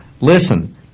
listen